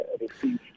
received